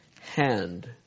hand